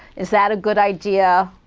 is that a good idea?